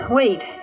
wait